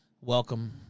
Welcome